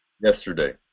Yesterday